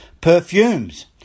Perfumes